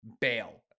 bail